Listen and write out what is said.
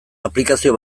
aplikazio